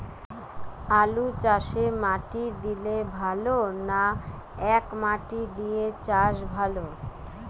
আলুচাষে মাটি দিলে ভালো না একমাটি দিয়ে চাষ ভালো?